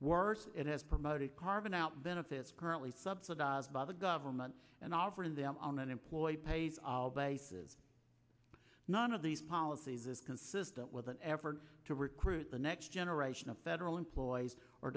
worse it has promoted carbon out benefits currently subsidized by the government and offering them on an employee pays basis none of these policies is consistent with an effort to recruit the next generation of federal employees or